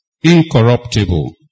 incorruptible